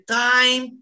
time